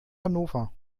hannover